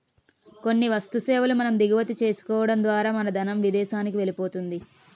కొన్ని వస్తు సేవల మనం దిగుమతి చేసుకోవడం ద్వారా మన ధనం విదేశానికి వెళ్ళిపోతుంది